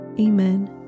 Amen